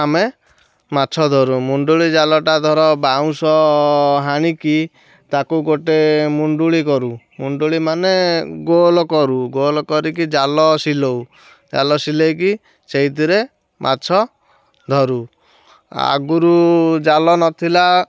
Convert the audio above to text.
ଆମେ ମାଛ ଧରୁ ମୁଣ୍ଡୁଳି ଜାଲଟା ଧର ବାଉଁଶ ହାଣିକି ତାକୁ ଗୋଟେ ମୁଣ୍ଡୁଳି କରୁ ମୁଣ୍ଡୁଳି ମାନେ ଗୋଲ କରୁ ଗୋଲ କରିକି ଜାଲ ସିଲଉ ଜାଲ ସିଲେଇକି ସେଇଥିରେ ମାଛ ଧରୁ ଆଗୁରୁ ଜାଲ ନଥିଲା